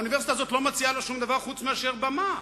האוניברסיטה הזאת לא מציעה לו שום דבר חוץ מאשר במה.